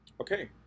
okay